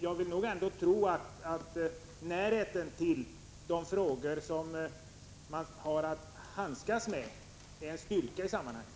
Jag vill nog ändå tro att närhet till de frågor som man har att handskas med är en styrka i sammanhanget.